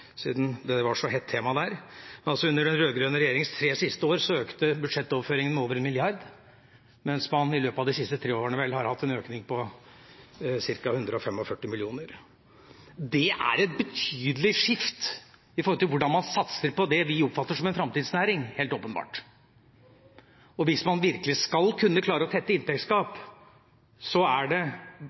siden det var et så hett tema der – økte budsjettoverføringene med over 1 mrd. kr, mens man i løpet av de siste tre årene vel har hatt en økning på ca. 145 mill. kr. Det er et betydelig skifte når det gjelder hvordan man satser på det vi oppfatter som en framtidsnæring – helt åpenbart. Hvis man virkelig skal kunne klare å tette inntektsgap, er det